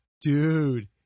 dude